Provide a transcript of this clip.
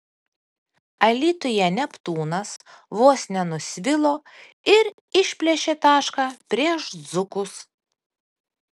alytuje neptūnas vos nenusvilo ir išplėšė tašką prieš dzūkus